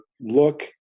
look